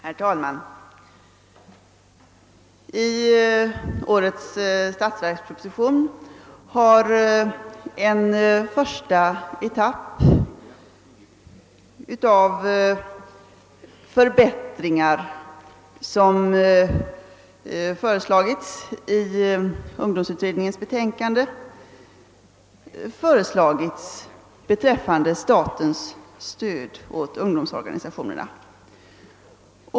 Herr talman! Årets statsverksproposition upptar den första etapp av förbättringar som har föreslagits i ungdomsutredningens betänkande beträffande statens stöd åt ungdomsorganisationerna.